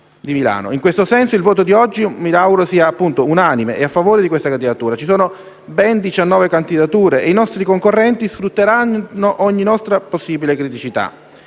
mi auguro che il voto di oggi sia appunto unanime e a favore di questa candidatura. Ci sono ben 19 candidature e i nostri concorrenti sfrutteranno ogni nostra possibile criticità.